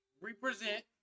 represent